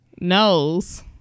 knows